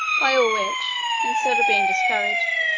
by all which, instead of being discouraged,